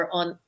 on